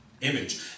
image